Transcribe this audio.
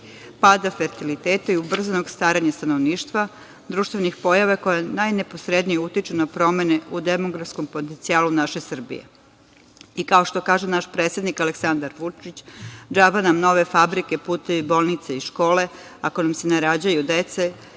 pada fertiliteta i ubrzanog starenja stanovništva, društvenih pojava koje najneposrednije utiču na promene u demografskom potencijalu naše Srbije. Kao što kaže naš predsednik Aleksandar Vučić, džaba nam nove fabrike, putevi, bolnice i škole ako nam se ne rađaju deca